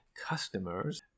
customers